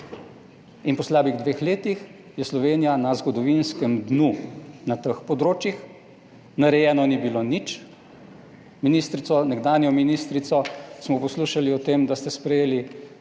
In po slabih dveh letih je Slovenija na zgodovinskem dnu na teh področjih. Narejeno ni bilo nič. Ministrico, nekdanjo ministrico smo poslušali o tem, da ste sprejeli